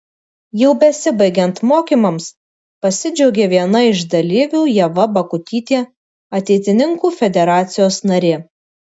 jau besibaigiant mokymams pasidžiaugė viena iš dalyvių ieva bakutytė ateitininkų federacijos narė